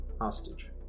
hostage